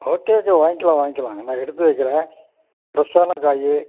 okay okay வாங்கிக்கலாம் வாங்கிக்கலாம் நான் எடுத்து வைக்கிறேன் ஃப்ரெஷ்ஷான காய்